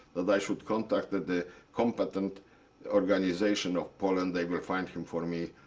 that i should contact the combatant organization of poland. they will find him for me.